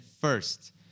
first